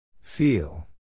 Feel